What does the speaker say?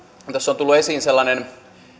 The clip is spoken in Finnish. tässä on tullut esiin sellainen